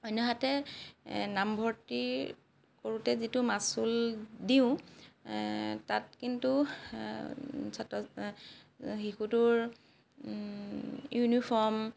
অন্যহাতে নামভৰ্ত্তি কৰোঁতে যিটো মাচুল দিওঁ তাত কিন্তু ছাত্ৰ শিশুটোৰ ইউনিফৰ্ম